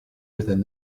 within